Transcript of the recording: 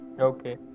Okay